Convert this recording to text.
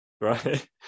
right